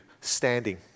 standing